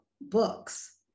books